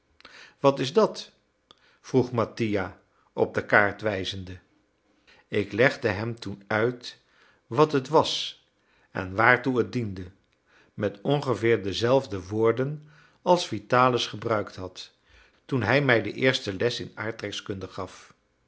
wat is dat vroeg mattia op de kaart wijzende ik legde hem toen uit wat het was en waartoe het diende met ongeveer dezelfde woorden als vitalis gebruikt had toen hij mij de eerste les in de aardrijkskunde gaf